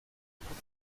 potsdam